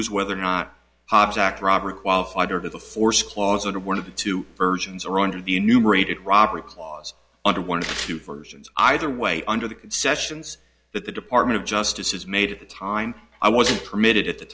was whether or not object robbery qualified or the force clause or one of the two versions are under the enumerated robbery clause under one or two for sins either way under the sessions that the department of justice has made at the time i wasn't permitted at the